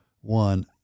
one